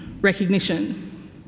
recognition